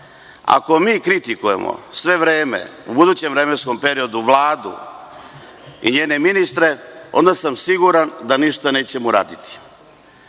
vreme kritikujemo u budućem vremenskom periodu Vladu i njene ministre, onda sam siguran da ništa nećemo uraditi,